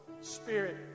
spirit